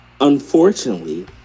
unfortunately